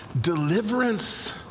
deliverance